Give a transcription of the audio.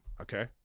okay